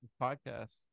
Podcast